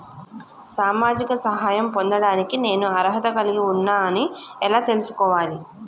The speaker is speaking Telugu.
సామాజిక సహాయం పొందడానికి నేను అర్హత కలిగి ఉన్న అని ఎలా తెలుసుకోవాలి?